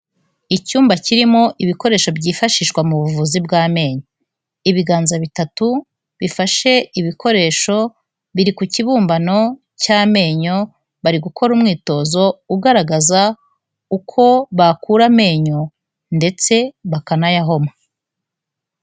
Icyumba kirimo ibikoresho byifashishwa mu buvuzi bw'amenyo, ibiganza bitatu bifashe ibikoresho biri ku kibumbano cy'amenyo, bari gukora umwitozo ugaragaza uko bakura amenyo ndetse bakanayahoma.